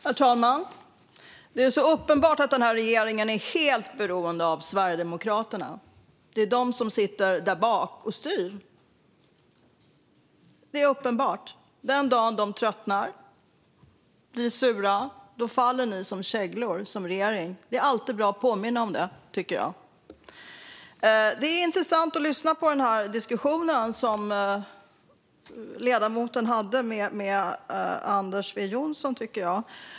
Herr talman! Det är uppenbart att denna regering är helt beroende av Sverigedemokraterna. Det är de som sitter där bak och styr; det är uppenbart. Den dag som de tröttnar eller blir sura faller den här regeringen som käglor. Det är alltid bra att påminna om detta, tycker jag. Det var intressant att lyssna på den diskussion som ledamoten hade med Anders W Jonsson.